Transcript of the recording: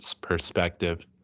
perspective